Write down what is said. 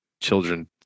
children